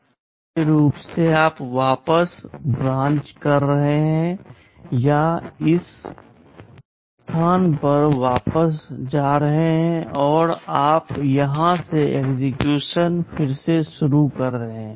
अनिवार्य रूप से आप वापस ब्रांच कर रहे हैं या इस स्थान पर वापस जा रहे हैं और आप यहां से एक्सेक्यूशन फिर से शुरू कर रहे हैं